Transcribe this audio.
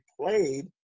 played